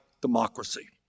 democracy